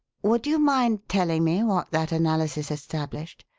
would you mind telling me what that analysis established.